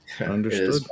understood